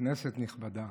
כנסת נכבדה,